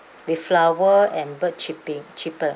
with flower and bird chirping chirper